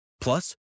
Plus